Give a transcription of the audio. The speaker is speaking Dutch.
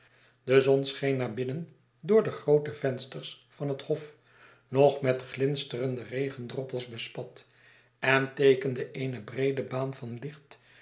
de zon scheen naar binnnen door de groote vensters van het hof nog met glinsterende regendroppels bespat en teekende eene breede baan van licht